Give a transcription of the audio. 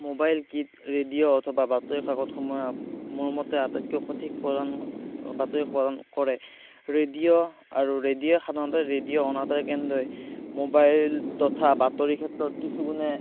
mobile কীট radio অথবা বাতৰিকাকতসমূহে মোৰ মতে আটাইতকৈ সঠিক প্ৰদান বাতৰি প্ৰদান কৰে ৰেডিঅ' আৰু ৰেডিঅ'ই সাধাৰণতে ৰেডিঅ' অনাতাঁৰ কেন্দ্ৰই ম'বাইল তথা বাতৰিৰ ক্ষেত্ৰত কিছু গুণে